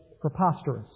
preposterous